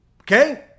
Okay